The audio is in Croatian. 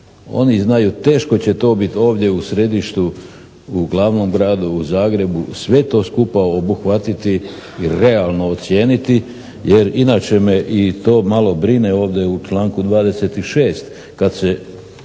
Oni znaju, teško će to biti ovdje u središtu, u glavnom gradu, u Zagrebu sve to skupa obuhvatiti i realno ocijeniti, jer inače me i to malo brine ovdje u članku 26. kad se